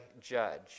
judge